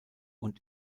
und